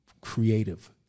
creative